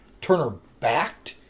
Turner-backed